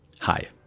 hi